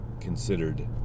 considered